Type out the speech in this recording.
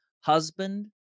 husband